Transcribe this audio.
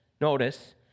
notice